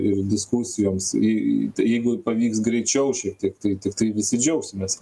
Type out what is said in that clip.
ir diskusijoms į į t jeigu pavyks greičiau šiek tiek tai tiktai visi džiaugsimės